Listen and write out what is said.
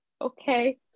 Okay